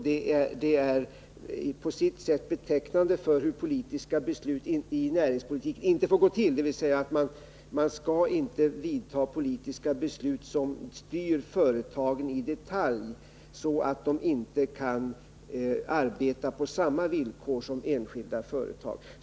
Det är på sitt sätt betecknande för hur politiska beslut i näringspolitiken inte får gå till, dvs. man skall inte fatta politiska beslut som styr företaget i detalj så att det inte kan arbeta på samma villkor som enskilda företag.